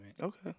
okay